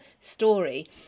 story